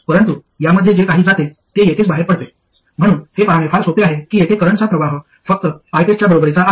परंतु यामध्ये जे काही जाते ते येथेच बाहेर पडते म्हणून हे पाहणे फार सोपे आहे की येथे करंटचा प्रवाह फक्त ITEST च्या बरोबरीचा आहे